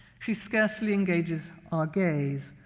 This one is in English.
she scarcely engages our gaze.